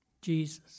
Jesus